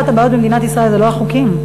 אחת הבעיות במדינת ישראל זה לא החוקים,